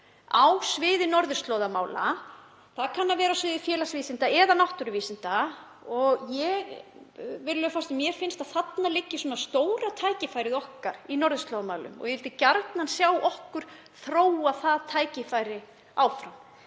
á sviði norðurslóðamála. Það kann að vera á sviði félagsvísinda eða náttúruvísinda, mér finnst að þarna liggi stóra tækifærið okkar í norðurslóðamálum og ég vildi gjarnan sjá okkur þróa það tækifæri áfram.